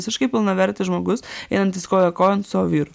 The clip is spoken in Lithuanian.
visiškai pilnavertis žmogus einantis koja kojon su savo vyru